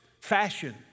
fashion